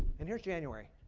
and here's january.